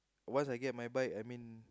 once I get my bike I mean